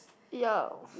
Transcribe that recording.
ya